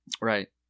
Right